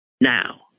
now